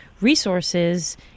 resources